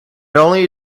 only